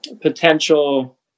potential